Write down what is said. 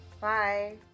bye